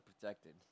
protected